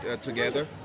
together